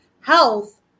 health